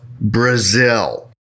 Brazil